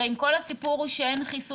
הרי עם כל הסיפור הוא שאין חיסון,